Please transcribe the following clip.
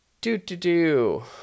Do-do-do